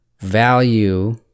value